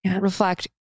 reflect